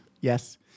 Yes